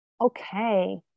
Okay